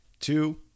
Two